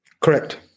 correct